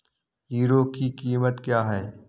Hero की कीमत क्या है?